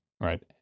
right